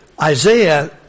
Isaiah